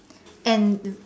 and